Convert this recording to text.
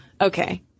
okay